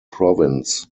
province